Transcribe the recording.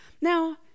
now